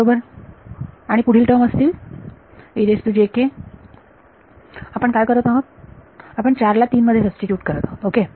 बरोबर आणि आणि पुढील टर्म असतील आपण काय करत आहोत आपण 4 ला 3 मध्ये सबस्टिट्यूट करत आहोत ओके